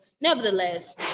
Nevertheless